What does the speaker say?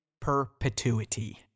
perpetuity